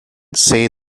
say